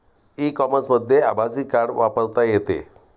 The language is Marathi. ई कॉमर्समध्ये आभासी कार्ड वापरता येते